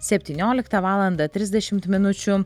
septynioliktą valandą trisdešimt minučių